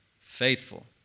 Faithful